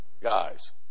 Guys